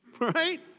Right